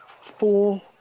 four